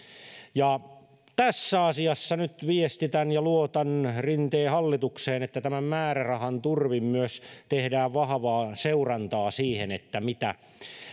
tässä asiassa nyt viestitän ja luotan rinteen hallitukseen että tämän määrärahan turvin myös tehdään vahvaa seurantaa siihen mitä